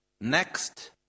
Next